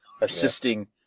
assisting